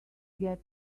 get